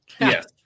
Yes